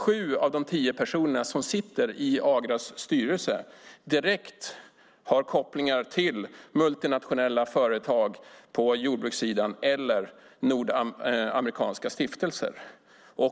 Sju av de tio som sitter i Agras styrelse har direkta kopplingar till multinationella företag på jordbrukssidan eller till nordamerikanska stiftelser.